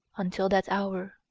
until that hour,